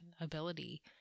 ability